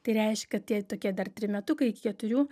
tai reiškia kad tie tokie dar trimetukai iki keturių